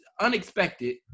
unexpected